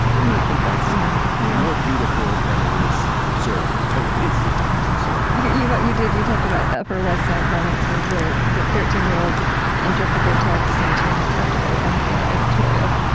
and i think that's yeah yeah more beautiful than it is absurd, though it is at times absurd yeah you but you did you talked about upper west side bar mitzvahs, where the thirteen year olds interpret their texts into an acceptable npr editorial.